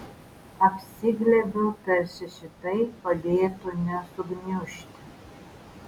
apsiglėbiu tarsi šitai padėtų nesugniužti